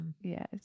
Yes